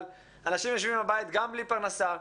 אנשים יושבים בבית גם בלי פרנסה.